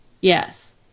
Yes